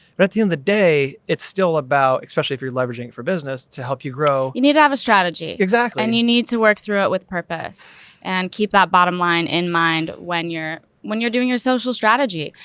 but at the end of the day it's still about, especially if you're leveraging for business to help you grow, you need to have a strategy and you need to work through it with purpose and keep that bottom line in mind when you're, when you're doing your social strategy,